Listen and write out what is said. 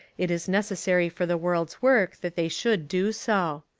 it is necessary for the world's work that they should do so.